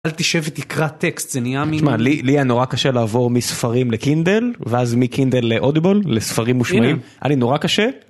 תשב ותקרא טקסט זה נראה לי נורא קשה לעבור מספרים לקינדל ואז מקינדל ל-audible לספרים מושמעים, היה לי נורא קשה